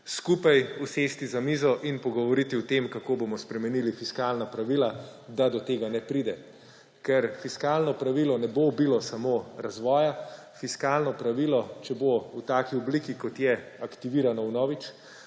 skupaj usesti za mizo in pogovoriti o tem, kako bomo spremenili fiskalna pravila, da do tega ne pride. Fiskalno pravilo ne bo ubilo samo razvoja, fiskalno pravilo, če bo v taki obliki, kot je, aktivirano vnovič,